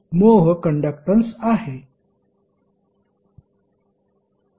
1 mho conductance आहे